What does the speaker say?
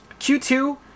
q2